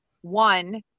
one